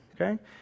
okay